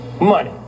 money